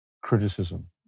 criticism